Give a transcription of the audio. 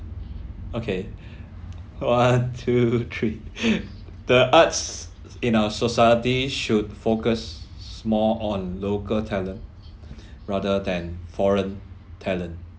okay one two three the arts in our society should focus more on local talent rather than foreign talent